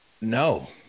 No